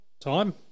time